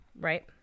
right